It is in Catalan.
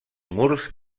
murs